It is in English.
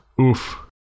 Oof